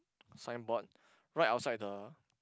signboard right outside the